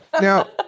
Now